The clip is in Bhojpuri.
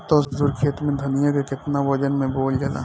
दस धुर खेत में धनिया के केतना वजन मे बोवल जाला?